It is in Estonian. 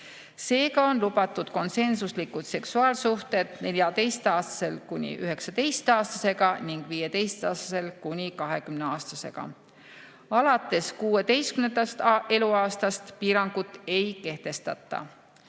Seega on lubatud konsensuslikud seksuaalsuhted 14‑aastasel kuni 19‑aastasega ning 15‑aastasel kuni 20‑aastasega. Alates 16. eluaastast piirangut ei kehtestata.